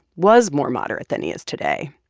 was more moderate than he is today.